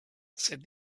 said